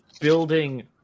building